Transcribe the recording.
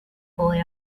boy